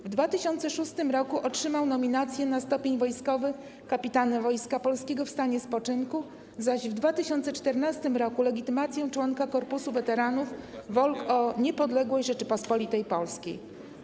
W 2006 r. otrzymał nominację na stopień wojskowy kapitana Wojska Polskiego w stanie spoczynku, zaś w 2014 r. - legitymację członka Korpusu Weteranów Walk o Niepodległość Rzeczypospolitej Polskiej.